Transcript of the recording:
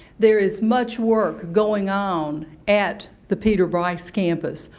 there is much work going on at the peter bryce campus.